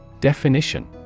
Definition